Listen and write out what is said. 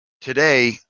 Today